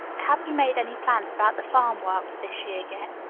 have you made any plans about the farm work for this year yet?